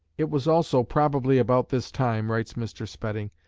it was also probably about this time, writes mr. spedding,